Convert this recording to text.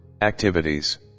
activities